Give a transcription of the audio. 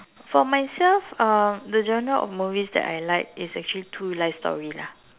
for myself uh the genre of movies that I like is actually true life story lah